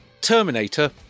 Terminator